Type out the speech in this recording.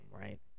right